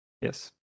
Yes